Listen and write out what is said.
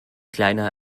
kleiner